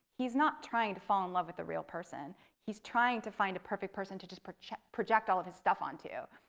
he's not trying to fall in love with a real person. he's trying to find a perfect person to just project project all of his stuff onto.